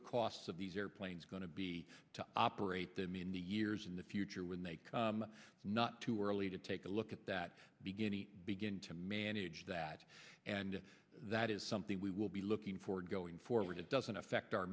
the costs of these airplanes going to be to operate them in the years in the future when they come not too early to take a look at that beginning begin to manage that and that is something we will be looking for going forward it doesn't affect our